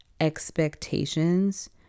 expectations